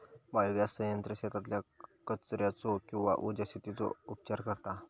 biogas संयंत्र शेतातल्या कचर्याचो किंवा उर्जा शेतीचो उपचार करता